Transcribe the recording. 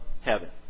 heaven